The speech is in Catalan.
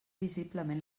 visiblement